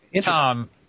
Tom